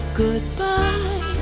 goodbye